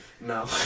No